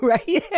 Right